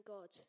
God